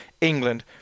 England